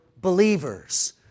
believers